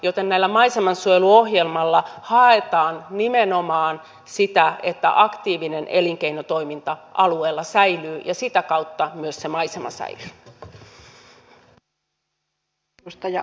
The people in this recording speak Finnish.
joten tällä maisemansuojeluohjelmalla haetaan nimenomaan sitä että aktiivinen elinkeinotoiminta alueella säilyy ja sitä kautta myös se maisema säilyy